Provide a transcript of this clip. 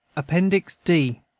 appendix d